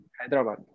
Hyderabad